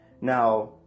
Now